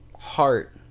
heart